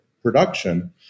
production